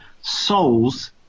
souls